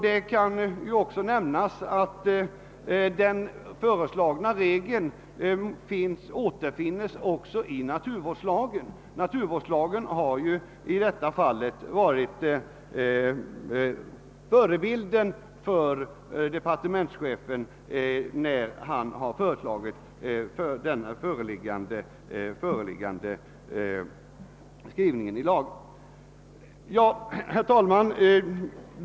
Det kan nämnas att den föreslagna regeln återfinns även i naturvårdslagen, som i detta fall varit förebild för departementschefen när han har föreslagit denna formulering i lagen. Herr talman!